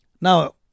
Now